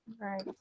right